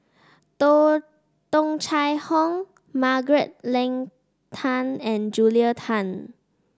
Tung Chye Hong Margaret Leng Tan and Julia Tan